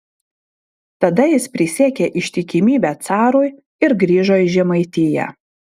tada jis prisiekė ištikimybę carui ir grįžo į žemaitiją